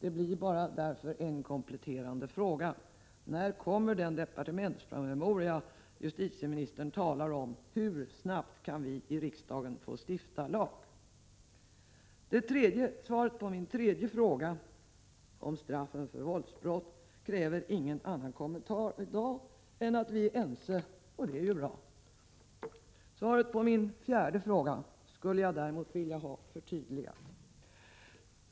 Min kompletterande fråga blir därför: När kommer den departementspromemoria som justitieministern talar om? Hur snabbt kan vi i riksdagen få stifta lag? Svaret på min tredje fråga om straffen för våldsbrott kräver ingen annan kommentar i dag än att jag konstaterar att vi är ense, och det är bra. Svaret på min fjärde fråga skulle jag däremot vilja ha förtydligat.